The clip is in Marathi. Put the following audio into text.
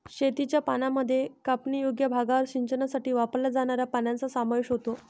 शेतीच्या पाण्यामध्ये कापणीयोग्य भागावर सिंचनासाठी वापरल्या जाणाऱ्या पाण्याचा समावेश होतो